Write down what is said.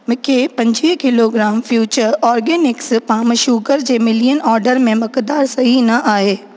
मूंखे पंजवीह kilogram future organics palm sugar जे मिलियल ऑर्डर में मकदारु सही न आहे